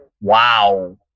wow